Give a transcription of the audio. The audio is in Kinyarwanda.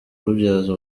rubyaza